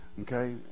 Okay